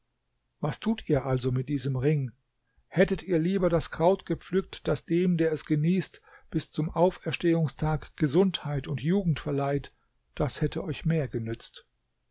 was tut ihr also mit diesem ring hättet ihr lieber das kraut gepflückt das dem der es genießt bis zum auferstehungstag gesundheit und jugend verleiht das hätte euch mehr genützt